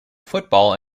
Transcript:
football